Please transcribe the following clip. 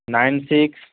nine six